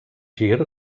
gir